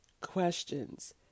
questions